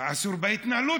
אסור בהתנהלות.